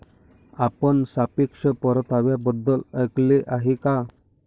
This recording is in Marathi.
आपण सापेक्ष परताव्याबद्दल ऐकले आहे का?